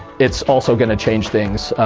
it's also going to change things.